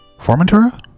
Formentura